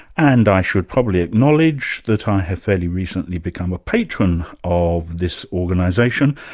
and i should probably acknowledge that i have fairly recently become a patron of this organisation,